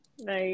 Nice